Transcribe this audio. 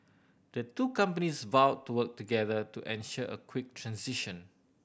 the two companies vowed to work together to ensure a quick transition